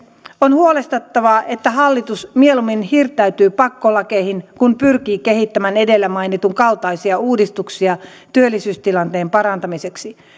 on huolestuttavaa että hallitus mieluummin hirttäytyy pakkolakeihin kuin pyrkii kehittämään edellä mainitun kaltaisia uudistuksia työllisyystilanteen parantamiseksi